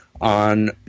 on